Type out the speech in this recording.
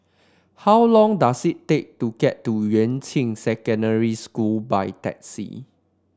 how long does it take to get to Yuan Ching Secondary School by taxi